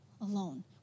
alone